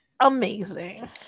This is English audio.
amazing